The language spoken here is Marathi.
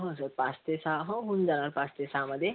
हा सर पाच ते सहा हो होऊन जाणार पाच ते सहामध्ये